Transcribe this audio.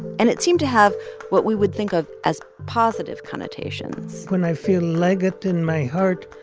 and it seemed to have what we would think of as positive connotations when i feel liget in my heart,